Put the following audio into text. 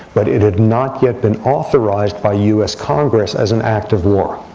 but it had not yet been authorized by us congress as an act of war.